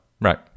Right